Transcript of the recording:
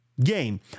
game